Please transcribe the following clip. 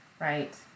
Right